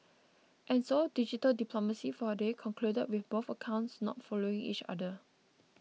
and so digital diplomacy for a day concluded with both accounts not following each other